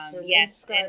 yes